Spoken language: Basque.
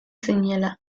zinela